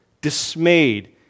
dismayed